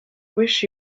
wish